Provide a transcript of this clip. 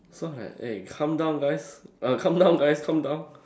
so I was like eh calm down guys err calm down guys calm down